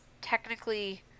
technically